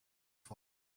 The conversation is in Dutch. val